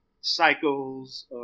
cycles